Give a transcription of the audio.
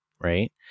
right